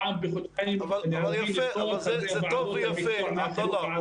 פעם בחודשיים להזמין את כל חברי הוועדות המקצוע לחינוך הערבי.